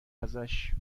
ازش